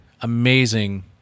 amazing